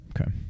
Okay